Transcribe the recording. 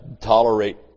tolerate